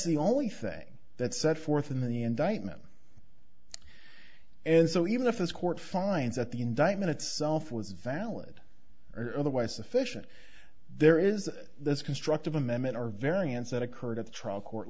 the only thing that set forth in the indictment and so even if this court finds that the indictment itself was valid or otherwise sufficient there is this constructive amendment or variance that occurred at the trial court